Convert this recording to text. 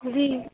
جی